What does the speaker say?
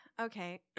Okay